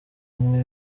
umwe